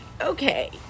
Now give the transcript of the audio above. okay